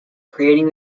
creating